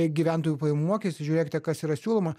gyventojų pajamų mokestis žiūrėkite kas yra siūloma